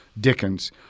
Dickens